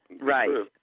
Right